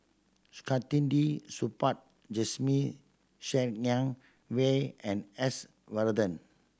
Saktiandi Supaat Jasmine Ser Xiang Wei and S Varathan